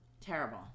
Terrible